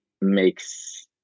makes